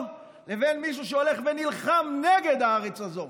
לבין מישהו שהולך ונלחם נגד הארץ הזו.